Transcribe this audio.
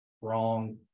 wrong